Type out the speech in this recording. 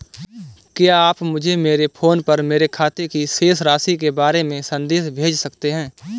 क्या आप मुझे मेरे फ़ोन पर मेरे खाते की शेष राशि के बारे में संदेश भेज सकते हैं?